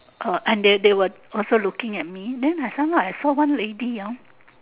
uh and they they were also looking at me then I somehow I saw one lady hor